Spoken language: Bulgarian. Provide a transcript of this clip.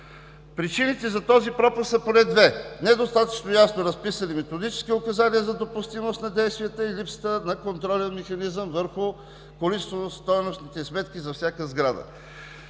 Причините за този пропуск са поне две: недостатъчно ясно разписани методически указания за допустимост на действията и липсата на контролен механизъм върху количествено-стойностните сметки за всяка сграда.